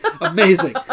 Amazing